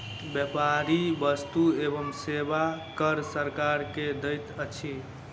व्यापारी वस्तु एवं सेवा कर सरकार के दैत अछि